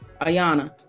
Ayana